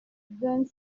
vingt